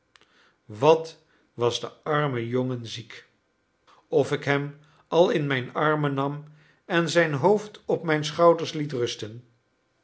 wat was de arme jongen ziek of ik hem al in mijne armen nam en zijn hoofd op mijn schouders liet rusten